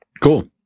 cool